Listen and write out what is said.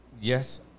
Yes